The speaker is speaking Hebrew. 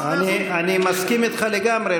אני מסכים איתך לגמרי,